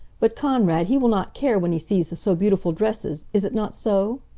but konrad, he will not care when he sees the so beautiful dresses, is it not so?